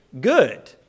good